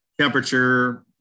temperature